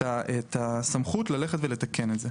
את הסמכות ללכת ולתקן את זה.